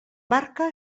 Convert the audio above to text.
barca